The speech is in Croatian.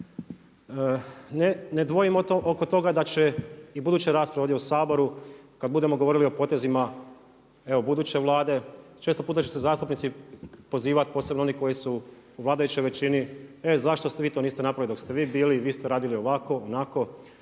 Ne dvojimo oko toga da će i buduće rasprave ovdje u Saboru kad budemo govorili o potezima buduće Vlade često puta će se zastupnici pozivati, posebno oni koji su u vladajućoj većini e zašto vi to niste napravili dok ste vi bili i vi ste radili ovako, onako.